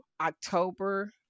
October